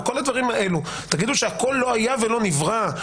תגידו שהכול לא היה ולא נברא,